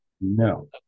no